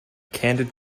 candid